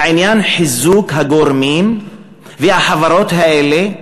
העניין הוא חיזוק הגורמים והחברות האלה,